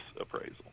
appraisal